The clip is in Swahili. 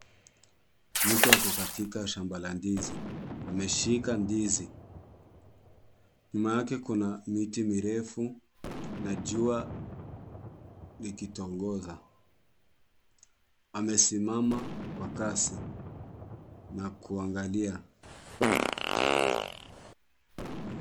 Mtu ako katika shamba la ndizi. Ameshika ndizi. Nyumna yake kuna miti mirefu na jua likitongoza. Amesimama kwa kasi na kuangalia.